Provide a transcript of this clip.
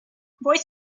voice